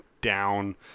down